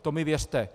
To mi věřte.